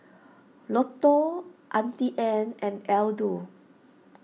Lotto Auntie Anne's and Aldo